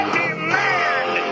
demand